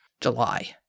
July